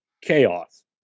chaos